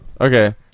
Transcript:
okay